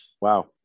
Wow